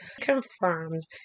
confirmed